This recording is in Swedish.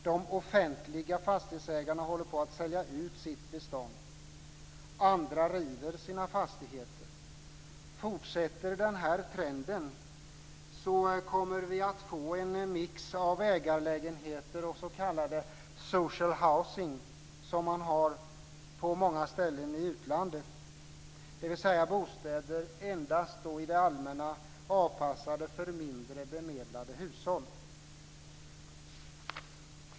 De offentliga fastighetsägarna håller på att sälja ut sitt bestånd. Andra river sina fastigheter. Fortsätter den här trenden kommer vi att få en mix av ägarlägenheter och s.k. social housing som man har på många ställen i utlandet, dvs. bostäder avpassade endast för mindre bemedlade hushåll.